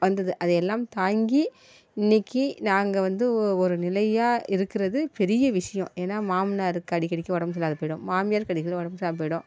வந்தது அதையெல்லாம் தாங்கி இன்னைக்கி நாங்கள் வந்து ஒரு நிலையாக இருக்கிறது பெரிய விஷயோம் ஏன்னா மாமனாருக்கு அடிக்கடிக்கு ஒடம்பு சர்யிலாத போய்டும் மாமியாருக்கு அடிக்கடிக்கு ஒடம்பு சரியில்லாம போய்டும்